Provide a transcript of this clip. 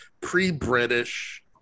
pre-British